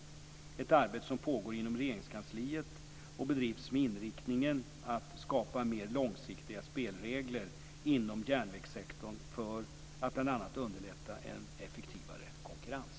Det är ett arbete som pågår inom Regeringskansliet och bedrivs med inriktningen att skapa mer långsiktiga spelregler inom järnvägssektorn för att bl.a. underlätta en effektivare konkurrens.